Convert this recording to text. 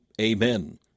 Amen